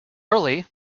early